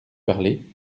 parler